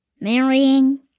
marrying